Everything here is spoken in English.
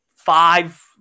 five